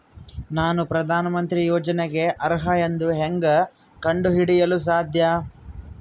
ನಾನು ಪ್ರಧಾನ ಮಂತ್ರಿ ಯೋಜನೆಗೆ ಅರ್ಹ ಎಂದು ಹೆಂಗ್ ಕಂಡ ಹಿಡಿಯಲು ಸಾಧ್ಯ?